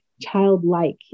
childlike